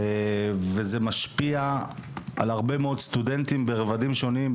וזה משפיע על הרבה מאוד סטודנטים ברבדים שונים,